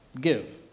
give